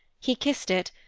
he kissed it,